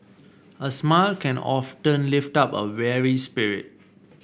a smile can often lift up a weary spirit